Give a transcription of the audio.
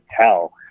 tell